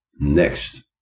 next